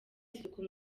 isuku